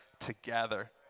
together